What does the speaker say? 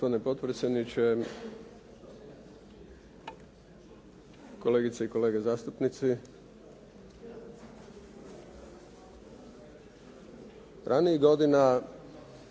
potpredsjedniče, kolegice i kolege zastupnici. Ranijih godina